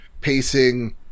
pacing